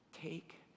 Take